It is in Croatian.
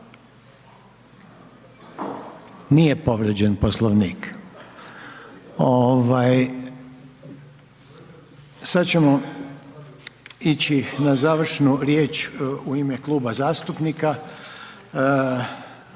Nije povrijeđen Poslovnik. Sad ćemo ići na završnu riječ u ime Kluba zastupnika,